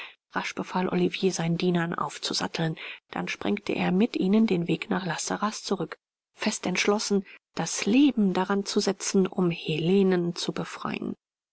rasch befahl olivier seinen dienern aufzusatteln dann sprengte er mit ihnen den weg nach la sarraz zurück fest entschlossen das leben daran zu setzen um helenen zu befreien